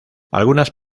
algunas